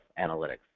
analytics